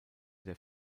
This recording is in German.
der